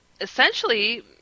essentially